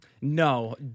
No